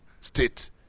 State